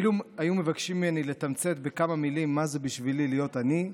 אילו היו מבקשים ממני לתמצת בכמה מילים מה זה בשבילי להיות עני,